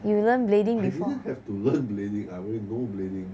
I didn't have to learn blading I already know blading